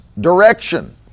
direction